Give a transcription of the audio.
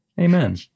Amen